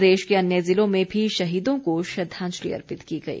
प्रदेश के अन्य जिलों में भी शहीदों को श्रद्धांजलि अर्पित की गई